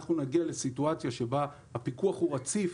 אם אנחנו נגיע לסיטואציה שבה הפיקוח רציף,